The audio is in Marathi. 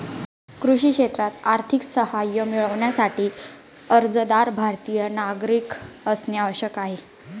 कृषी क्षेत्रात आर्थिक सहाय्य मिळविण्यासाठी, अर्जदार भारतीय नागरिक असणे आवश्यक आहे